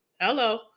Hello